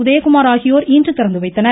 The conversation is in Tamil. உதயகுமார் ஆகியோர் இன்று திறந்து வைத்தனர்